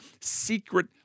secret